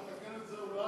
אמרנו שנתקן את זה אולי